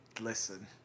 listen